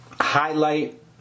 highlight